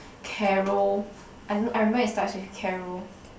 Carol I I remember it starts with Carol